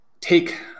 take